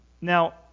Now